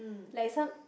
like some